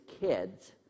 kids